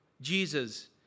Jesus